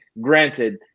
granted